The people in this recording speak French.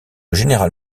général